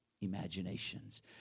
imaginations